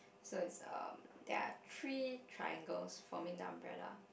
so it's um there are three triangles forming the umbrella